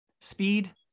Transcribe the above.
speed